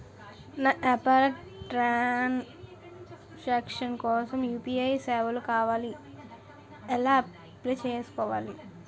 నా వ్యాపార transaction కోసం యు.పి.ఐ సేవలు కావాలి ఎలా అప్లయ్ చేసుకోవాలి?